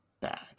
bad